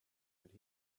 could